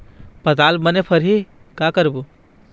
पताल बने फरही का करबो?